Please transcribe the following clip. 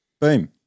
Boom